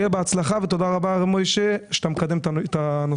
שיהיה בהצלחה ותודה רבה לר' משה שאתה מקדם את הנושא.